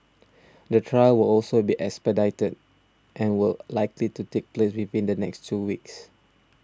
the trial will also be expedited and will likely to take place within the next two weeks